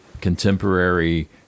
contemporary